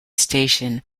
station